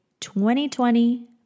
2020